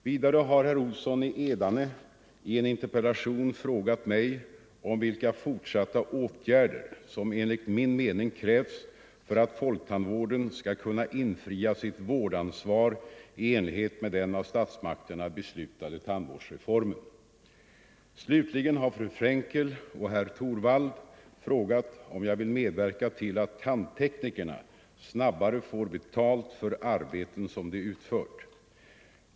Vidare har herr Olsson i Edane i en interpellation frågat mig om vilka fortsatta åtgärder som enligt min mening krävs för att folktandvården skall kunna infria sitt vårdansvar i enlighet med den av statsmakterna beslutade tandvårdsreformen. Slutligen har fru Frenkel och herr Torwald frågat mig om jag vill medverka till att tandteknikerna snabbare får betalt för arbeten som de utfört.